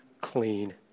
clean